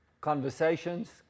conversations